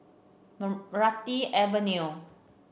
Meranti Avenue